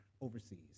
overseas